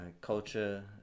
culture